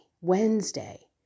Wednesday